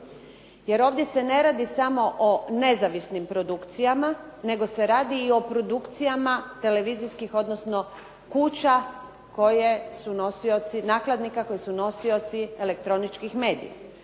jer ovdje se ne radi samo o nezavisnim produkcijama, nego se radi i o produkcijama televizijskih, odnosno kuća koje su nosioci, nakladnika koji su nosioci elektroničkih medija.